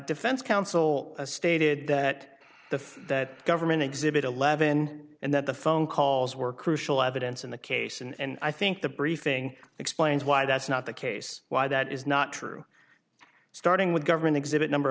defense counsel stated that the fact that government exhibit eleven and that the phone calls were crucial evidence in the case and i think the briefing explains why that's not the case why that is not true starting with government exhibit number